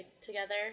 together